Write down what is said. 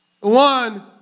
One